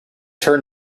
turn